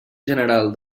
general